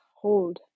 hold